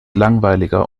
langweiliger